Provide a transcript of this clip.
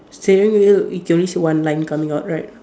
steering wheel you can only see one line coming out right